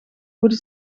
goede